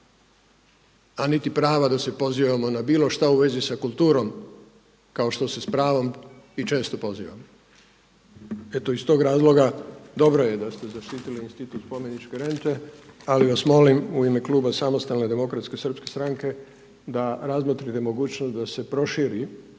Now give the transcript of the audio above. a niti prava da se pozivamo na bilo šta u vezi sa kulturom kao što se s pravom i često pozivamo. Eto iz tog razloga dobro je da ste zaštitili institut spomeničke rente, ali vas molim u ime Kluba samostalne demokratske srpske stranke da razmotrite mogućnost da se proširi